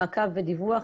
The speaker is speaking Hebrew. מעקב ודיווח,